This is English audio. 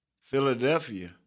Philadelphia